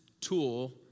tool